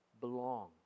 belong